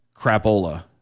crapola